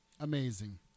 Amazing